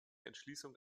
entschließung